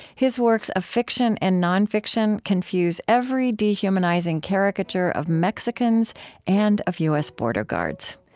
his works of fiction and non-fiction confuse every dehumanizing caricature of mexicans and of u s. border guards.